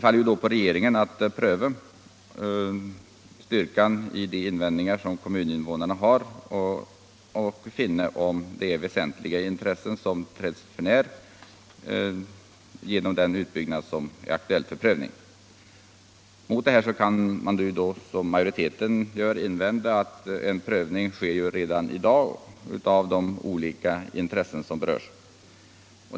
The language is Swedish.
Regeringen får då pröva styrkan av de invändningar som kommuninvånarna har och avgöra om väsentliga intressen träds för när genom den aktuella utbyggnaden. Mot detta kan man, som majoriteten gör, invända att en prövning av de olika intressen som berörs sker redan i dag.